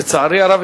לצערי הרב,